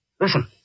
listen